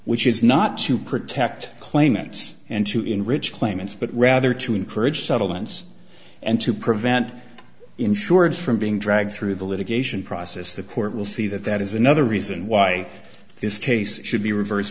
which is not to protect claimants and to enrich claimants but rather to encourage settlements and to prevent insurers from being dragged through the litigation process the court will see that that is another reason why this case should be reverse